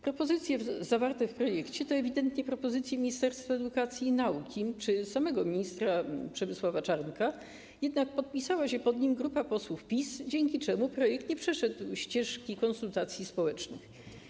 Propozycje zawarte w projekcie to ewidentnie propozycje Ministerstwa Edukacji i Nauki czy samego ministra Przemysława Czarnka, jednak podpisała się pod nim grupa posłów PiS, dzięki czemu projekt nie przeszedł ścieżki konsultacji społecznych.